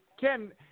Ken